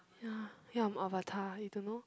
ya ya I'm avatar you don't know